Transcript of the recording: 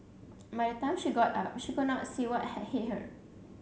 by the time she got up she could not see what had hit her